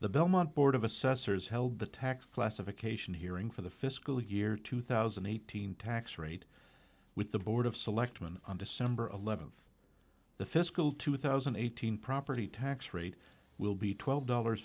the belmont board of assessors held the tax classification hearing for the fiscal year two thousand eight hundred tax rate with the board of selectmen on december eleventh the fiscal two thousand eight hundred property tax rate will be twelve dollars